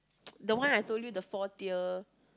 the one I told you the four tier